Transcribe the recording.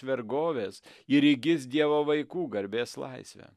vergovės ir įgis dievo vaikų garbės laisvę